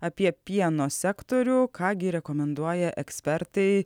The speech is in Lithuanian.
apie pieno sektorių ką gi rekomenduoja ekspertai